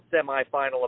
semifinal